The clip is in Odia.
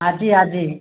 ଆଜି ଆଜି